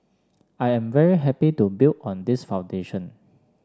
I am very happy to build on this foundation